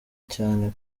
cyane